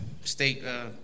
state